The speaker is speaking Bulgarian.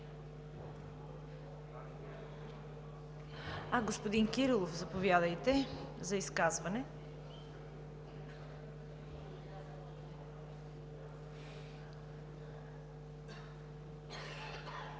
Господин Кирилов, заповядайте за изказване.